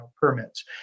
permits